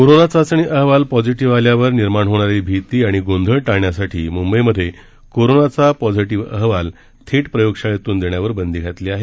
corona चाचणी अहवाल positive आल्यावर निर्माण होणारी भिती आणि गोंधळ टाळण्यासाठी मुंबईमध्ये कोरोनाचा पॉझिटिव्ह अहवाल थेट प्रयोगशाळेतून देण्यावर बंदी घालण्यात आली आहे